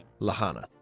Lahana